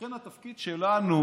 לכן התפקיד שלנו